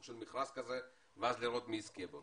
של מכרז כזה ואז לראות מי יזכה בו.